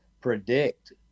predict